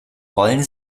rollen